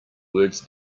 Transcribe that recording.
words